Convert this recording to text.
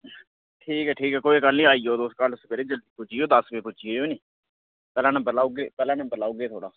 ठीक ऐ ठीक ऐ कोई गल्ल नेईं आई जाओ तुस कल सबेरे जलदी पुज्जी जाएओ कोई दस बजे पुज्जी जाएओ नीं पहला नम्बर लाई ओड़गे थुहाड़ा